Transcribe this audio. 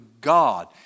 God